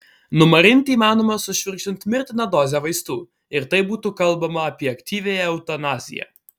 numarinti įmanoma sušvirkščiant mirtiną dozę vaistų ir tai būtų kalbama apie aktyviąją eutanaziją